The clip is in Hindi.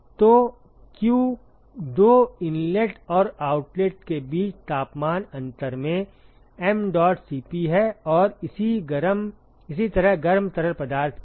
तो q दो इनलेट और आउटलेट के बीच तापमान अंतर में mdot Cp है और इसी तरह गर्म तरल पदार्थ के लिए